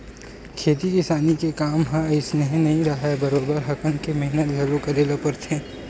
खेती किसानी के काम ह अइसने नइ राहय बरोबर हकन के मेहनत घलो करे बर परथे